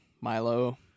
Milo